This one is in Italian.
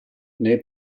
nei